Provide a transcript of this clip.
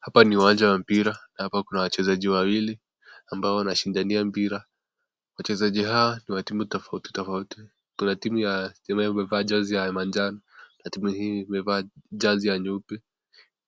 Hapa ni uwanja wa mpira. Hapa kuna wachezaji wawili ambao wanashindania mpira. Wachezaji hawa ni wa timu tofauti tofauti. Kuna timu inayovaa jazi ya manjano na timu hii imevaa jazi ya nyeupe.